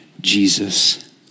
Jesus